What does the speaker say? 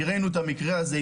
כי ראינו את המקרה הזה.